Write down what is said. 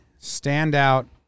standout